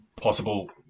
possible